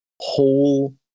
whole